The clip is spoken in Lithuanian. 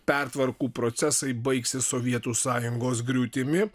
pertvarkų procesai baigsis sovietų sąjungos griūtimi